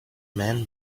men